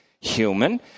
human